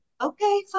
okay